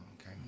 Okay